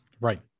Right